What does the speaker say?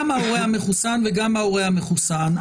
גם ההורה המחוסן וגם ההורה הלא מחוסן,